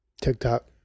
tiktok